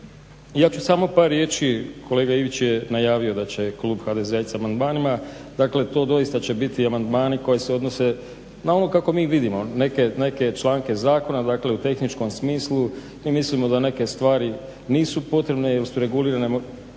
Ja ću samo par riječi, kolega Ivić je najavio da će klub HDZ-a izaći sa amandmanima, dakle to će doista biti amandmani koji se odnose na ono kako mi vidimo, neke članke zakona dakle u tehničkom smislu mi mislimo da neke stvari nisu potrebne jer su regulirane,